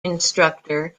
instructor